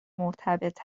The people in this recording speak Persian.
مرتبط